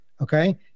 Okay